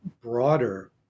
broader